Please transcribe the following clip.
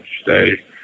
stay